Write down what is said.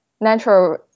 natural